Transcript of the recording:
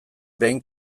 behin